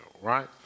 right